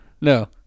No